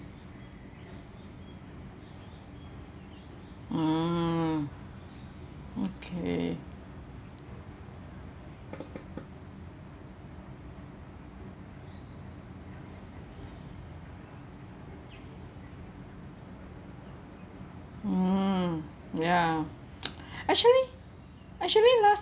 mm okay hmm ya actually actually last